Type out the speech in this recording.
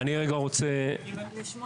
אתה רואה את הסקרים עכשיו,